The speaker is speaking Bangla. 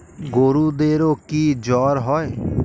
গরুদেরও কি জ্বর হয়?